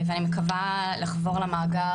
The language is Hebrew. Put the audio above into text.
אני מקווה לחבור למאגר.